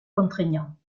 contraignant